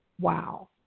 Wow